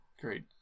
great